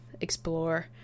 explore